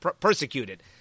persecuted